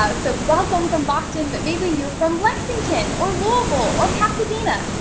ah so welcome from boston, but maybe you're from lexington or louisville or pasadena,